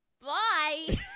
Bye